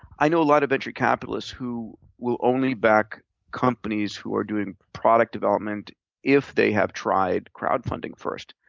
i know a lot of venture capitalists who will only back companies who are doing product development if they have tried crowdfunding first.